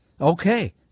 Okay